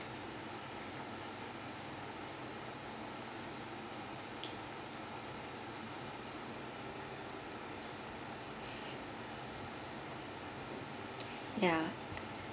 ya